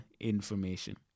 information